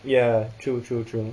ya true true true